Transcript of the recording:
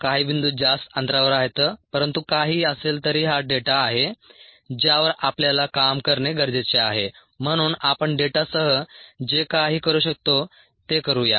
काही बिंदू जास्त अंतरावर आहेत परंतु काहीही असेल तरी हा डेटा आहे ज्यावर आपल्याला काम करणे गरजेचे आहे म्हणून आपण डेटासह जे काही करू शकतो ते करू या